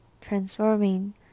transforming